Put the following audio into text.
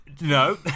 No